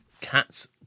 cats